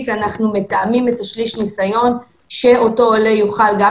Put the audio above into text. אנחנו מתאמים את שליש הניסיון שאותו עולה יוכל גם